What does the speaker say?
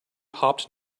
hopped